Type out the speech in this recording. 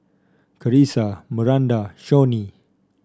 Carisa Maranda Shawnee